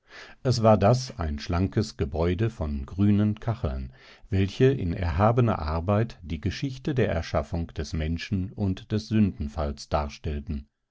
es war das ein schlankes gebäude von grünen kacheln welche in erhabener arbeit die geschichte der erschaffung des menschen und des sündenfalls darstellten